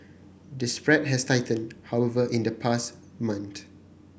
the spread has tightened however in the past month